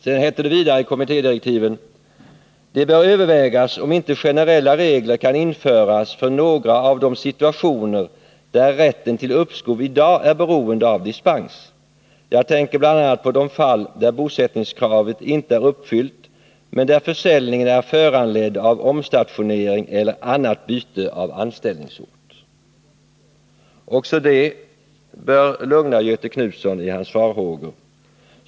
Det heter vidare i kommittédirektiven: ”Det bör övervägas om inte generella regler kan införas för några av de situationer där rätten till uppskov i dag är beroende av dispens. Jag tänker bl.a. på de fall där bosättningskravet inte är uppfyllt men där försäljningen är föranledd av omstationering eller annat byte av anställningsort.” Också det bör minska Göthe Knutsons farhågor.